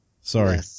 Sorry